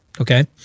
Okay